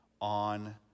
on